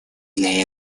для